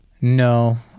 No